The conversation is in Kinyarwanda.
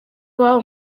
iwabo